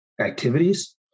activities